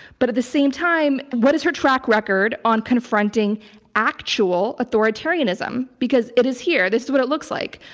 but at the same time, what is her track record on confronting actual authoritarianism? because it is here. this is what it looks like.